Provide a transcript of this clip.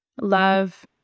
love